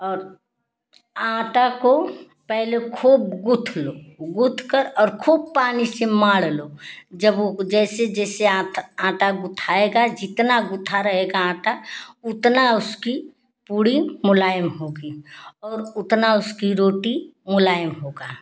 और आँटा को पहले खूब गूँथ लो गूँथ कर और खूब पानी से मारलो जब वो जैसे जैसे आँटा आँटा गूँथाएगा जितना गूँथा रहेगा आँटा उतना उसकी पूरी मुलायम होगी और उतना उसकी रोटी मुलायम होगा